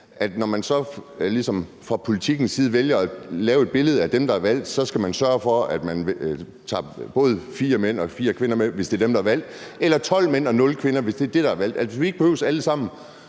at hvis man fra Politikens side vælger at lave et billede af dem, der er blevet valgt, både som mand og som kvinde, så skal man sørge for at tage fire mænd og fire kvinder med, hvis det er dem, der er blevet valgt, eller 12 mænd og 0 kvinder, hvis det er dem, der er blevet valgt? Altså, vi behøver ikke alle sammen